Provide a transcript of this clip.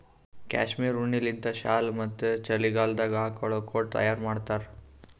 cashmere ಉಣ್ಣಿಲಿಂತ್ shawl ಮತ್ತ್ ಚಳಿಗಾಲದಾಗ್ ಹಾಕೊಳ್ಳ ಕೋಟ್ ತಯಾರ್ ಮಾಡ್ತಾರ್